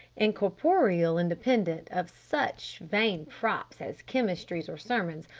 and corporeally independent of such vain props as chemistries or sermons,